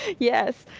yes.